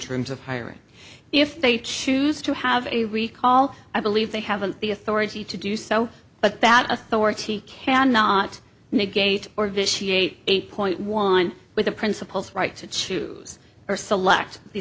terms of hiring if they choose to have a recall i believe they haven't the authority to do so but that authority cannot negate or vitiate eight point one with the principals right to choose or select the